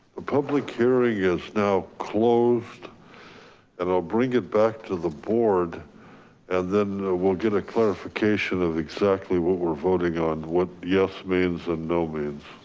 public hearing is now closed and i'll bring it back to the board and then we'll get a clarification of exactly what we're voting on, what yes means and no means.